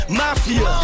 mafia